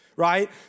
right